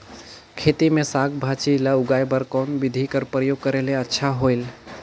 खेती मे साक भाजी ल उगाय बर कोन बिधी कर प्रयोग करले अच्छा होयल?